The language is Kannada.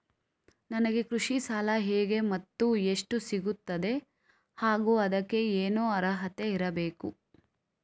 ನನಗೆ ಕೃಷಿ ಸಾಲ ಹೇಗೆ ಮತ್ತು ಎಷ್ಟು ಸಿಗುತ್ತದೆ ಹಾಗೂ ಅದಕ್ಕೆ ಏನು ಅರ್ಹತೆ ಇರಬೇಕು?